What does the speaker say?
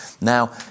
Now